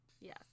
Yes